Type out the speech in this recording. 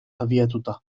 abiatuta